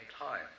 time